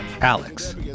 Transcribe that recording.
Alex